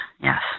yes